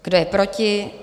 Kdo je proti?